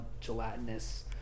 gelatinous